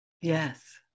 Yes